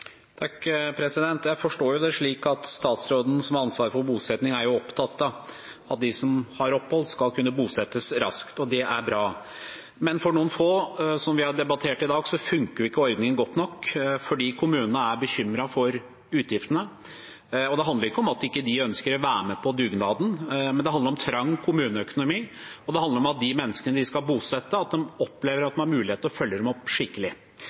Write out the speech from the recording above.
opptatt av at de som har opphold, skal kunne bosettes raskt. Det er bra. Men for noen få, som vi har debattert i dag, funker ikke ordningen godt nok, fordi kommunene er bekymret for utgiftene. Det handler ikke om at de ikke ønsker å være med på dugnaden, men det handler om trang kommuneøkonomi. Det handler om at de opplever at de har mulighet til å følge opp de menneskene de skal bosette, skikkelig. Da mener jeg at vi som er nasjonale folkevalgte, ikke kan drive med pekeleken, vi er nødt til å